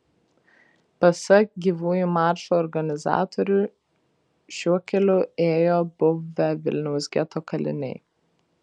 pasak gyvųjų maršo organizatorių šiuo keliu ėjo buvę vilniaus geto kaliniai